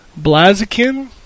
Blaziken